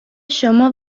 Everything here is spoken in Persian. شما